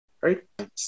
Right